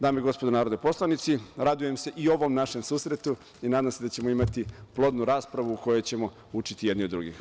Dame i gospodo narodni poslanici, radujem se i ovom našem susretu i nadam se da ćemo imati plodnu raspravu u kojoj ćemo učiti jedni od drugih.